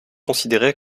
considéré